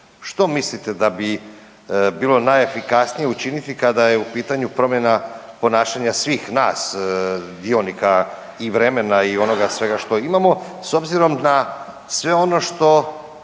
Što mislite da bi bilo najefikasnije učiniti kada je u pitanju promjena ponašanja svih nas dionika i vremena i onoga svega što imamo s obzirom na sve ono što